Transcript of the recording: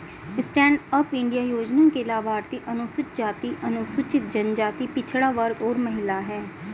stand up India योजना के लाभार्थी अनुसूचित जाति, अनुसूचित जनजाति, पिछड़ा वर्ग और महिला है